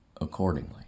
accordingly